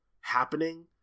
happening